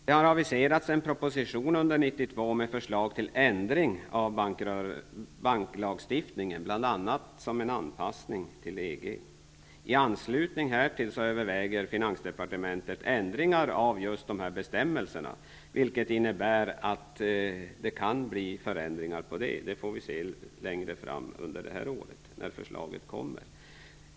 Det har aviserats att det kommer en proposition under 1992 med förslag till ändring av banklagstiftningen, bl.a. som en anpassning till Finansdepartementet ändringar av just dessa bestämmelser, vilket innebär att det kan bli förändringar. Det får vi se längre fram under detta år när förslaget kommer.